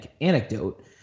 anecdote